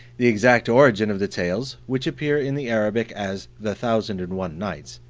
the exact origin of the tales, which appear in the arabic as the thousand and one nights,